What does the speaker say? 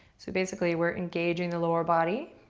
so basically, we're engaging the lower body,